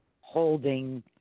holding –